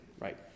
right